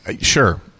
sure